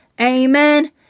Amen